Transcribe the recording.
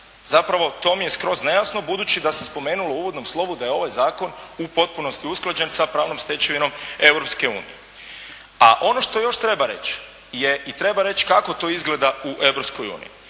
Zapravo to mi je skroz nejasno budući da sam spomenuo u uvodnom slovu da je ovaj zakon u potpunosti usklađen sa pravnom stečevinom Europske unije. A ono što još treba reći i treba reći kako to izgleda u